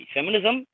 Feminism